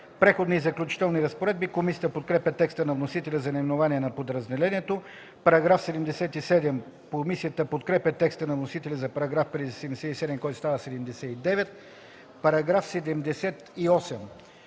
„Преходни и заключителни разпоредби.” Комисията подкрепя текста на вносителя за наименованието на подразделението. Комисията подкрепя текста на вносителя за § 77, който става § 79. Параграф 78